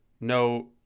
No